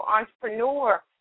Entrepreneur